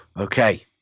Okay